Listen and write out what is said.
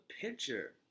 picture